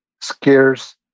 scarce